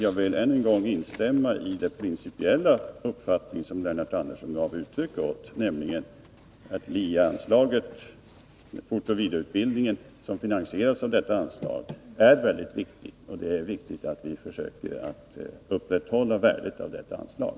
Jag vill än en gång instämma i den principiella uppfattning som Lennart Andersson gav uttryck åt, nämligen att den fortoch vidareutbildning som finansieras av LIE-anslaget är mycket viktig. Det är angeläget att vi försöker upprätthålla värdet av detta anslag.